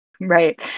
Right